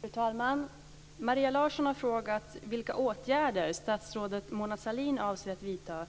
Fru talman! Maria Larsson har frågat vilka åtgärder statsrådet Mona Sahlin avser att vidta